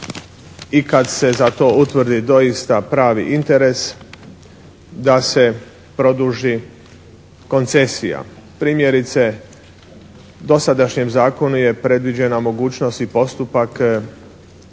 i kad se za to utvrdi doista pravi interes da se produži koncesija. Primjerice, dosadašnjem zakonu je predviđena mogućnost i postupak